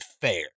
fair